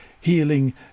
healing